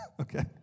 okay